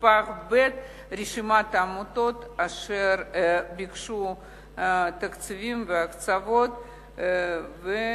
ונספח ב' רשימת העמותות אשר ביקשו הקצבות ונפסלו.